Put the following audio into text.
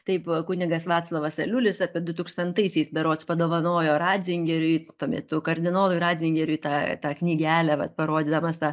taip kunigas vaclovas aliulis apie du tūkstantaisiais berods padovanojo ratzingeriui tuo metu kardinolui ratzingeriui tą tą knygelę vat parodydamas tą